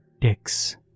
dick's